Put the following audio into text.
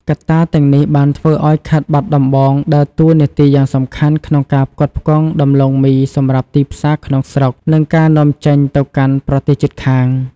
កត្តាទាំងនេះបានធ្វើឱ្យខេត្តបាត់ដំបងដើរតួនាទីយ៉ាងសំខាន់ក្នុងការផ្គត់ផ្គង់ដំឡូងមីសម្រាប់ទីផ្សារក្នុងស្រុក និងការនាំចេញទៅកាន់ប្រទេសជិតខាង។